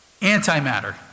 antimatter